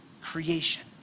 creation